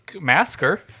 masker